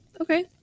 Okay